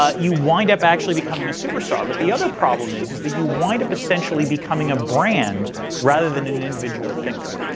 ah you wind up actually becoming a superstar. but the other problem is is that you wind up essentially becoming a brand rather than an individual thinker.